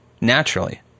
naturally